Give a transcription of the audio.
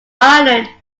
ireland